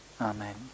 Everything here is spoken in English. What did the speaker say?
Amen